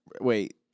Wait